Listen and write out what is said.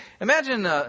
imagine